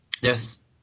yes